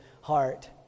heart